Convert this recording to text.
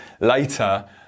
later